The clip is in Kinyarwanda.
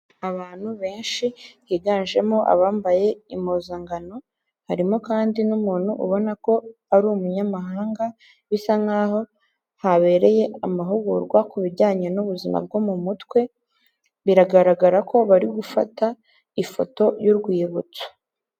Abantu benshi higanjemo abambaye impuzankano, harimo kandi n'umuntu ubona ko ari umunyamahanga, bisa nk'aho habereye amahugurwa ku bijyanye n'ubuzima bwo mu mutwe, biragaragara ko bari gufata ifoto y'urwibutso.